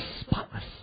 spotless